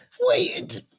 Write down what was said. wait